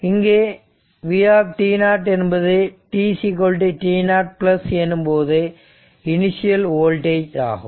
இங்கு V என்பது tt0 எனும்போது இனிஷியல் வோல்டேஜ் ஆகும்